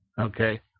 Okay